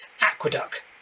Aqueduct